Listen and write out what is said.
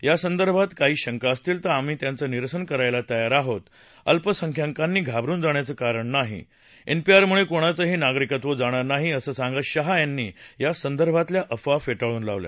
यासंदर्भात काही शंका असतील तर आम्ही त्याचं निरसन करायला तयार आहोत अल्पसंख्याकांनी घाबरून जाण्याचं कारण नाही एनपीआरमुळे कोणाचंही नागरिकत्व जाणार नाही असं सांगत शहा यांनी यासंदर्भातल्या अफवा फेटाळून लावल्या